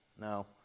No